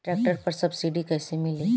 Tractor पर subsidy कैसे मिली?